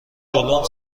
جلوم